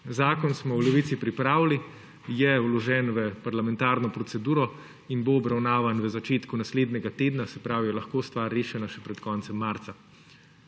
Zakon smo v Levici pripravili, je vložen v parlamentarno proceduro in bo obravnavan v začetku naslednjega tedna, se pravi, da je lahko stvar rešena še pred koncem marca.